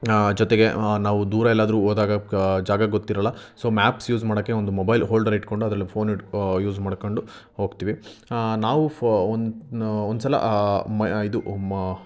ಜೊತೆಗೆ ನಾವು ದೂರ ಎಲ್ಲಾದರೂ ಹೋದಾಗ ಜಾಗ ಗೊತ್ತಿರೋಲ್ಲ ಸೊ ಮಾಪ್ಸ್ ಯೂಸ್ ಮಾಡೋಕ್ಕೆ ಒಂದು ಮೊಬೈಲ್ ಹೋಲ್ಡರ್ ಇಟ್ಟುಕೊಂಡು ಅದರಲ್ಲಿ ಫೋನ್ ಇಟ್ಕೋ ಯೂಸ್ ಮಾಡ್ಕೊಂಡು ಹೋಗ್ತೀವಿ ನಾವು ಫ ಒಂದು ಒಂದು ಸಲ ಮ ಇದು ಮಾ